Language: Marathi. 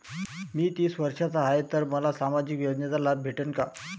मी तीस वर्षाचा हाय तर मले सामाजिक योजनेचा लाभ भेटन का?